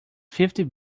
fifty